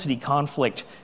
conflict